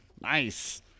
Nice